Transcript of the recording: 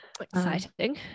Exciting